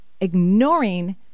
ignoring